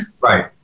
Right